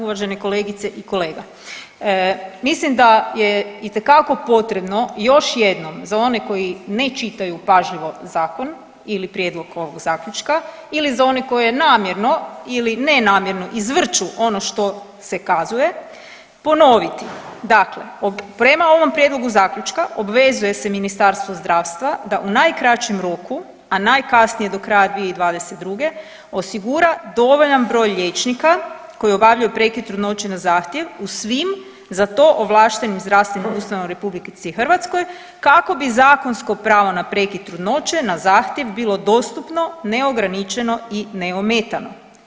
Uvažene kolegice i kolega, mislim da je itekako potrebno još jednom za one koji ne čitaju pažljivo zakon ili prijedlog ovog zaključka ili za one koji namjerno ili nenamjerno izvrću ono što se kazuje ponoviti dakle, prema ovom prijedlogu zaključka obvezuje se Ministarstvo zdravstva da u najkraćem roku, a najkasnije do kraja 2022. osigura dovoljan broj liječnika koji obavljaju prekid trudnoće na zahtjev u svim za to ovlaštenim zdravstvenim ustanovama u RH kako bi zakonsko pravo na prekid trudnoće na zahtjev bilo dostupno, neograničeno i neometano.